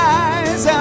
eyes